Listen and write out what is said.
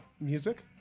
music